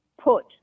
put